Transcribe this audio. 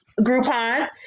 Groupon